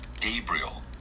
Gabriel